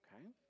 okay